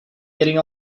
getting